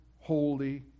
holy